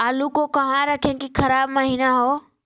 आलू को कहां रखे की खराब महिना हो?